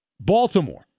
Baltimore